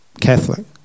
Catholic